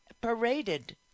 paraded